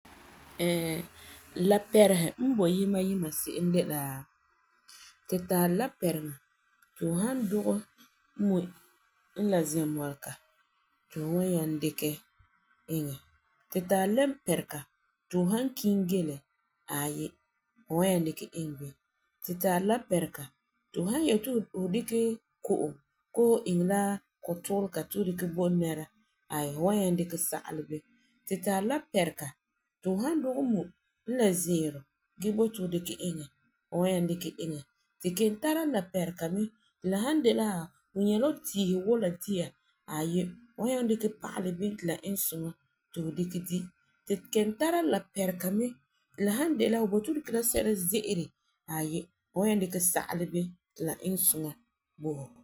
Ɛɛ, lapɛrihe n boi yima yima se'em de la, tu tari lapɛriŋa ti hu san dugɛ mui la zɛmɔlega tu hu wan nyaŋɛ dikɛ iŋɛ. Tu tari lapɛriga ti hu san kiim gele aayi fu wan nyaŋɛ dikɛ iŋɛ bini. Tu tari lapɛriga ti fu san yeti fu dikɛ ko'om koo fu iŋɛ la kutuulega ti fu bo nɛra aayi fu nyaŋɛ dikɛ sagele bini. Tu tari lapɛriga ti fu san dugɛ mui n la zɛɛrɔ gee boti fu dikɛ iŋɛ bini fu wan nyaŋɛ dikɛ iŋɛ. Tu kelum tara lapɛriŋa ti san de la fu nyɛ la tiisi wula dia aayi fu wan dikɛ pagelɛ bin ti la iŋɛ suŋa ti fu dikɛ di. Tu kelum tara lapɛriga mɛ ti san de la fu boti fu dikɛ la sɛla ze'ele aayi fu wan nyaŋɛ dikɛ sagelɛ bin ti la iŋɛ suŋa bo hu.